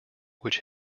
which